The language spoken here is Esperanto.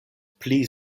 pli